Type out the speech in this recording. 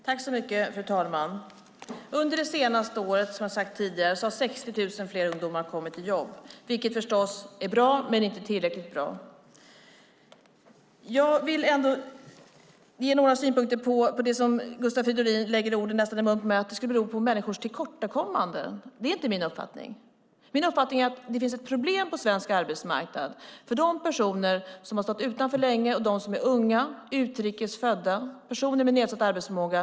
Fru talman! Under det senaste året har 60 000 fler ungdomar kommit i jobb, som jag har sagt tidigare. Det är förstås bra, men inte tillräckligt bra. Jag vill ge några synpunkter på det som Gustav Fridolin säger när han nästan lägger orden i munnen på mig - att detta skulle bero på människors tillkortakommanden. Det är inte min uppfattning. Min uppfattning är att det finns ett problem på svensk arbetsmarknad för de personer som har stått utanför länge och för dem som är unga eller utrikes födda. Det gäller också personer med nedsatt arbetsförmåga.